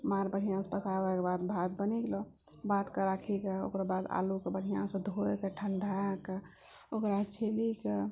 माड़ बढ़िआँसँ पसाबयके बाद भात बनेलहुँ भातके राखिके ओकरो बाद आलूके बढ़िआँसँ धोके ठण्डायके ओकरा छिलिके